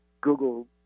Google